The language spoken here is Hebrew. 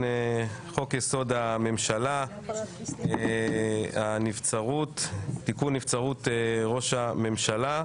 לחוק-יסוד: הממשלה (תיקון נבצרות ראש הממשלה).